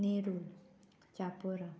Nerul Chapora